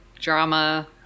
drama